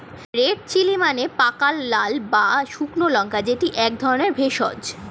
red chilli মানে পাকা লাল বা শুকনো লঙ্কা যেটি এক ধরণের ভেষজ